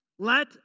Let